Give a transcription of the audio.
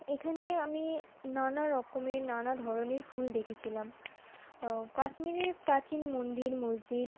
এখানে আমি নানা রকমের নানা ধরনের ফুল দেখেছিলাম কাশ্মীরে প্রাচীন মন্দির মসজিদ